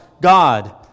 God